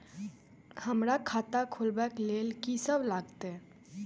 हमरा खाता खुलाबक लेल की सब लागतै?